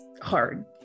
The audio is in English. hard